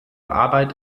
arbeit